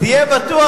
תהיה בטוח,